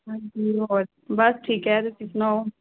ਹਾਂਜੀ ਹੋਰ ਬਸ ਠੀਕ ਹੈ ਤੁਸੀਂ ਸੁਣਾਓ